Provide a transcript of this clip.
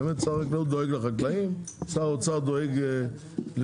שר החקלאות דואג לחקלאים,